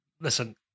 listen